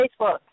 Facebook